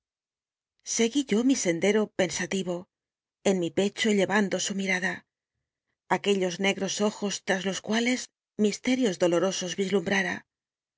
seguí yo mi sendero pensativo en mi pecho llevando su mirada aquellos negros ojos tras los cuales misterios dolorosos vislumbrara